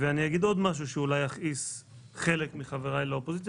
אני אגיד עוד משהו שאולי יכעיס חלק מחבריי לאופוזיציה,